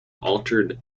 altered